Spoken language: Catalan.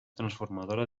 transformadora